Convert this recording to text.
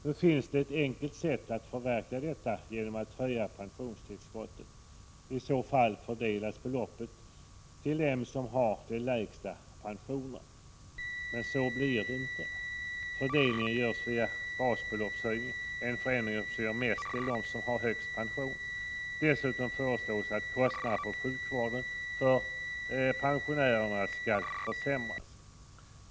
Det finns ett enkelt sätt att förverkliga detta genom att höja pensionstillskotten. I så fall fördelas beloppet till dem som har lägst pensioner. Men så blir det inte. Fördelningen görs via en basbeloppshöjning, en förändring som ger mest till dem som har högst pension. Dessutom föreslås att förmånerna när det gäller kostnaderna för sjukvården för pensionärer försämras.